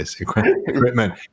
equipment